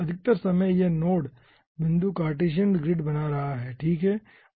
अधिकतर समय यह नोड बिंदु कार्टेसियन ग्रिड बना रहे हैं ठीक है